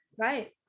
Right